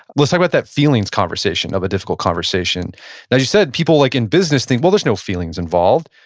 let's talk about that feelings conversation of a difficult conversation. now as you said, people like in business thing, well, there's no feelings involved,